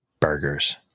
Burgers